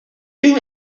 too